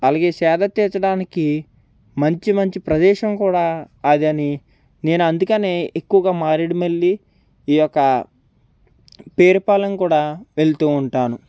అలాగే సేదతీర్చడానికి మంచి మంచి ప్రదేశం కూడా అదని నేను అందుకనే ఎక్కువగా మారెడుమల్లి ఈ యొక్క పేరుపాలెం కూడా వెళ్తూ ఉంటాను